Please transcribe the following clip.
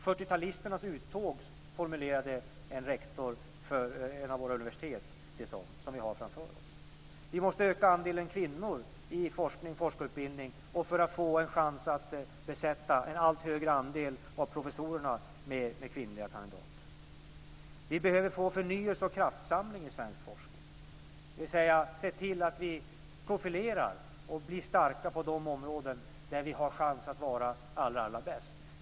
40-talisternas uttåg, formulerade en rektor för ett av våra universitet det som vi har framför oss. Vi måste öka andelen kvinnor i forskning och forskarutbildning för att få en chans att besätta en allt högre andel av professurerna med kvinnliga kandidater. Vi behöver få förnyelse och kraftsamling i svensk forskning, dvs. att se till att vi profilerar oss och blir starka på de områden där vi har chans att vara allra bäst.